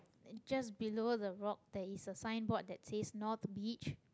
just below the rock there is a signboard that says north-beach